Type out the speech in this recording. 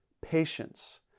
patience